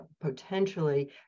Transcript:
potentially